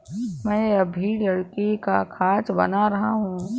मैं अभी लकड़ी का खाट बना रहा हूं